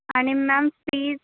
आणि ma'am fees